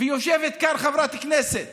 יושבת כאן חברת כנסת